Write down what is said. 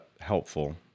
helpful